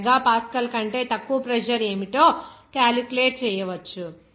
45 mega pascal కంటే తక్కువ pressure ఏమిటో క్యాలిక్యులేట్ చేయవచ్చు